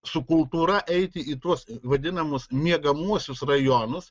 su kultūra eiti į tuos vadinamus miegamuosius rajonus